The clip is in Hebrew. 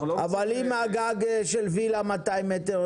אבל אם הגג של וילה הוא 200 מטר,